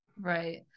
Right